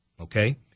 Okay